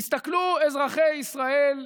תסתכלו, אזרחי ישראל,